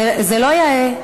זה לא יאה.